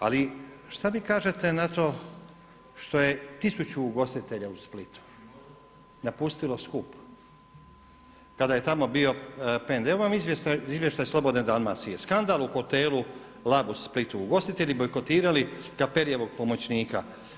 Ali, što vi kažete na to što je tisuću ugostitelja u Splitu napustilo skup kada je tamo bio … [[ne razumije se]] Evo vam izvještaj „Slobodne Dalmacije“ Skandal u Hotelu Lav u Splitu „Ugostitelji bojkotirali Capellievog pomoćnika.